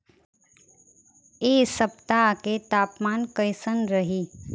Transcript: एह सप्ताह के तापमान कईसन रही?